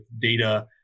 data